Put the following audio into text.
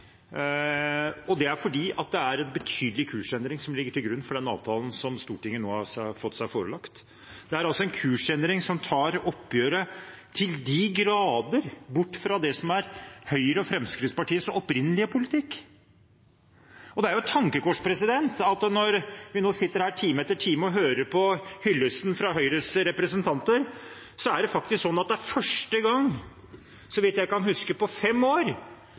og det er fordi det er en betydelig kursendring som ligger til grunn for den avtalen Stortinget nå har fått seg forelagt. Det er en kursendring som tar oppgjøret til de grader bort fra det som er Høyres og Fremskrittspartiets opprinnelige politikk. Det er et tankekors at når vi sitter her time etter time og hører på hyllesten fra Høyres representanter, er det første gang – så vidt jeg kan huske – på fem år